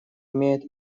имеет